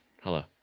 Hello